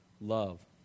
love